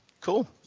Cool